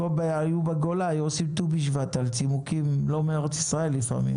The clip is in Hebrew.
כשהיו בגולה היו עושים ט"ו בשבט על צימוקים לא מארץ ישראל לפעמים.